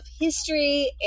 history